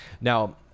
now